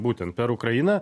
būtent per ukrainą